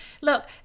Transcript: look